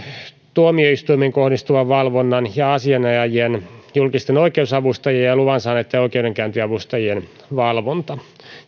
tuomioistuimiin kohdistuva valvonta ja asianajajien julkisten oikeusavustajien ja luvan saaneitten oikeudenkäyntiavustajien valvonta